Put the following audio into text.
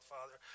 Father